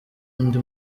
undi